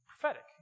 prophetic